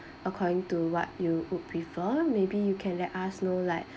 according to what you would prefer maybe you can let us know like